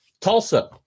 Tulsa